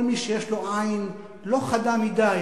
כל מי שיש לו עין לא חדה מדי,